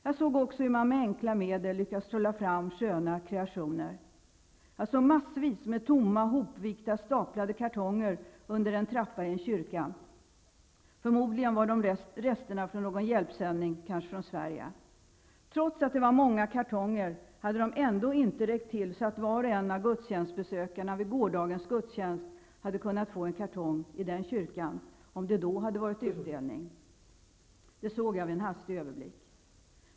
Jag såg också hur man med enkla medel lyckats trolla fram sköna kreationer. Jag såg massvis med tomma hopvikta staplade kartonger under en trappa i en kyrka. Förmodligen var de resterna från någon hjälpsändning, kanske från Sverige. Trots att det var många kartonger hade de ändå inte räckt till så att var och en av gudstjänstbesökarna vid gårdagens gudstjänst i den kyrkan hade kunnat få en kartong, om det då hade varit utdelning. Det såg jag vid en hastig överblick.